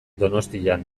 donostian